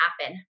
happen